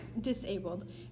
disabled